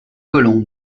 colombes